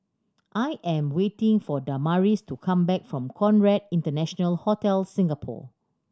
I am waiting for Damaris to come back from Conrad International Hotel Singapore